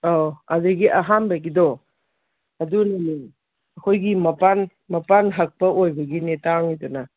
ꯑꯧ ꯑꯗꯒꯤ ꯑꯍꯥꯟꯕꯒꯤꯗꯣ ꯑꯗꯨꯅꯅꯦ ꯑꯩꯈꯣꯏꯒꯤ ꯃꯄꯥꯟ ꯃꯄꯥꯟ ꯍꯛꯄ ꯑꯣꯏꯕꯒꯤꯅꯦ ꯇꯥꯡꯉꯤꯗꯨꯅ